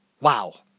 wow